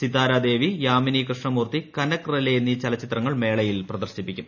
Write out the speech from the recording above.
സിത്താരാ ദേവി യാമിനി കൃഷ്ണമൂർത്തി കനക് റേലേ എന്നീ ചലച്ചിത്രങ്ങൾ മേളയിൽ പ്രദർശിപ്പിക്കും